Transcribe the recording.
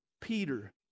Peter